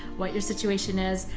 what your situation is,